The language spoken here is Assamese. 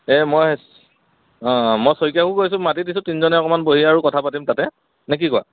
এই মই অঁ মই শইকীয়াকো কৈছোঁ মাতি দিছোঁ তিনিজনে অকণ বহি আৰু কথা পাতিম তাতে নে কি কোৱা